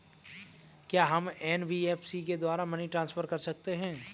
क्या हम एन.बी.एफ.सी के द्वारा मनी ट्रांसफर कर सकते हैं?